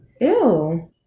Ew